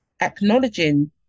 acknowledging